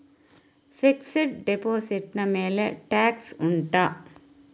fixed deposit ನ ಮೇಲೆ tax ಉಂಟಾ